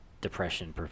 depression